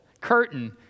curtain